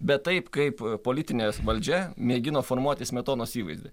bet taip kaip politinė valdžia mėgino formuoti smetonos įvaizdį